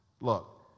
Look